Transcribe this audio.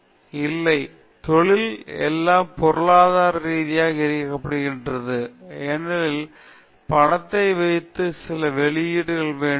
ஜீஷான் இல்லை தொழிலில் எல்லாம் பொருளாதார ரீதியாக இயக்கப்படுகிறது ஏனெனில் பணத்தை வைத்து சில வெளியீடு வேண்டும்